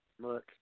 Look